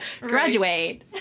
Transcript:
graduate